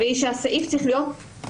והיא שהסעיף צריך להיות גורף,